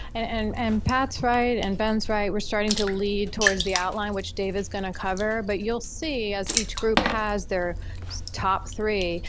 and and and pat's right and ben's right. we're starting to lead towards the outline which dave is going to cover but you'll see as each group has their top three.